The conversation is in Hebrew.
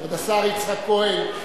כבוד השר יצחק כהן,